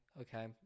Okay